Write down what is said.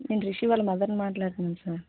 నేను రిషి వాళ్ళ మదర్ని మాట్లాడుతున్నాను సార్